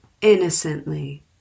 innocently